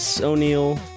O'Neill